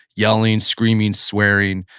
yelling, screaming, swearing,